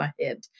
ahead